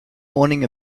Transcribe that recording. morning